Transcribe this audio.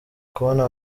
kubona